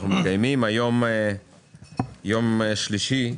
היום יום שלישי,